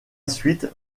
suite